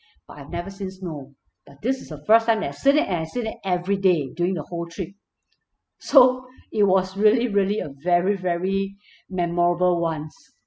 but I've never seen snow but this is a first time that I seen it and I seen it every day during the whole trip so it was really really a very very memorable ones